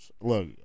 Look